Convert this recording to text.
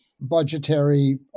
budgetary